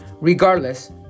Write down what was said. Regardless